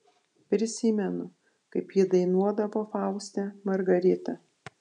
prisimenu kaip ji dainuodavo fauste margaritą